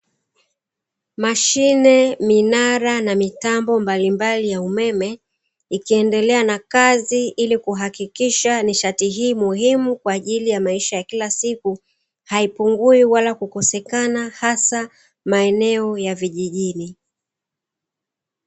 Mashine, minara na mitambo mbalimbali ya umeme, ikiendelea na kazi ili kuhakikisha nishati hii muhimu kwaajili ya maisha ya kila siku haipungui wala kukosekana, hasa maeneo ya vijijini.